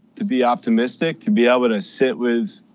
to be optimistic, to be able to sit with